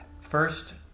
First